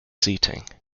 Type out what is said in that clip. seating